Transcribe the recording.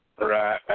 Right